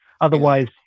Otherwise